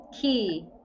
key